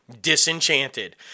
Disenchanted